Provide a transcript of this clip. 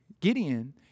Gideon